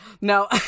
No